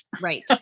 Right